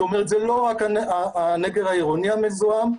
זה לא רק הנגר העירוני המזוהם,